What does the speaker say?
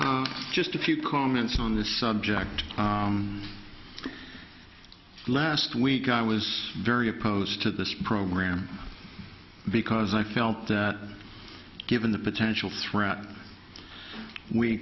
all just a few comments on the subject last week i was very opposed to this program because i felt that given the potential threat we